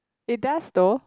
it does though